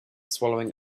swallowing